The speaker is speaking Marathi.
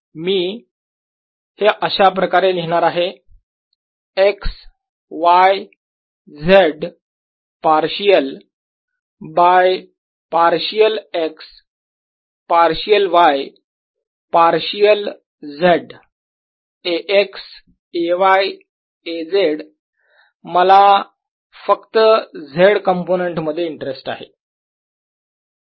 मी हे अशाप्रकारे लिहिणार आहे x y z partial by partial x partial y partial z Ax Ay Az मला फक्त z कंपोनेंट मध्ये इंटरेस्ट आहे